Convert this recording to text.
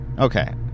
Okay